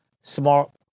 small